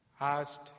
asked